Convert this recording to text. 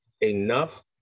enough